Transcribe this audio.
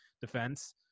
defense